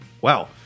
Wow